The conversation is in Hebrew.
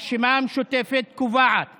הרשימה המשותפת קובעת